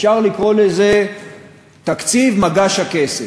אפשר לקרוא לזה תקציב "מגש הכסף".